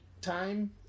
time